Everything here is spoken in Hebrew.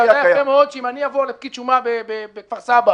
אתה יודע יפה מאוד שאם אבוא לפקיד שומה בכפר סבא